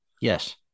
Yes